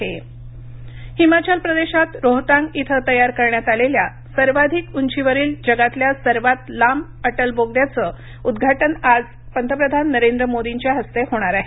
अ लि बोगदा हिमाचल प्रदेशात रोहतांग इथं तयार करण्यात आलेल्या सर्वाधिक उंची वरील जगातल्या सर्वात लांब अटल बोगद्याचं उद्घाटन आज पंतप्रधान नरेंद्र मोदींच्या हस्ते होणार आहे